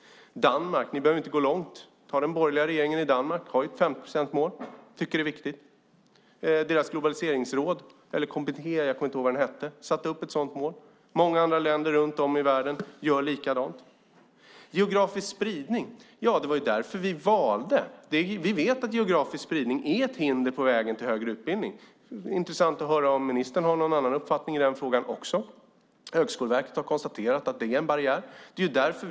Danmark - ni behöver inte gå längre än så - och den borgerliga regeringen där har ett 50-procentsmål och tycker att det är viktigt. Deras globaliseringsråd - jag kommer inte ihåg exakt vad det heter - satte upp ett sådant mål. Många andra länder runt om i världen gör likadant. Vi vet att geografisk spridning är ett hinder på vägen till högre utbildning. Det vore intressant att höra om ministern har en annan uppfattning också i den frågan. Högskoleverket har konstaterat att det finns en barriär.